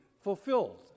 fulfilled